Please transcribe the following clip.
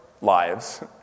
lives